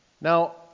Now